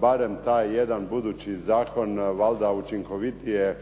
barem taj jedan budući zakon valjda učinkovitije